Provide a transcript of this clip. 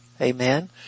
Amen